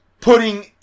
putting